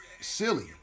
silly